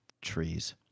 trees